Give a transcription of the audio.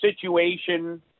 situation